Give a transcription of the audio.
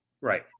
Right